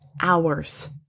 hours